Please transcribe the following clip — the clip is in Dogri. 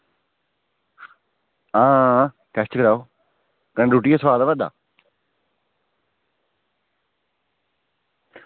आं टेस्ट गै ओह् कन्नै रुट्टियै गी सोआद आवा दा